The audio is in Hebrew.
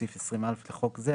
בסעיף 20(א) לחוק זה,